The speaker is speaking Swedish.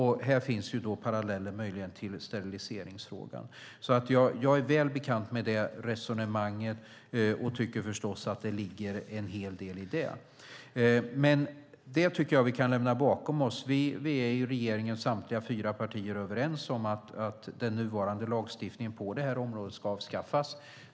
Här finns möjligen paralleller till steriliseringsfrågan. Jag är väl bekant med det resonemanget och tycker förstås att det ligger en hel del i det. Det tycker jag att vi kan lämna bakom oss. Vi är i samtliga fyra partier i regeringen överens om att den nuvarande lagstiftningen på det här området ska avskaffas.